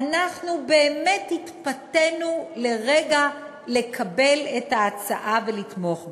אנחנו באמת התפתינו לרגע לקבל את ההצעה ולתמוך בה,